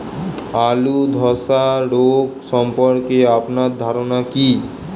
আলু ধ্বসা রোগ সম্পর্কে আপনার ধারনা কী?